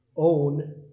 own